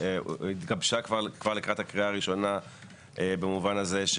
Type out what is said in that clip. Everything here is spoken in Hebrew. התגבשה כבר לקראת הקריאה הראשונה במובן הזה,